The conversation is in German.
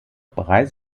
bereits